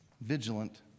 vigilant